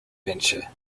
venture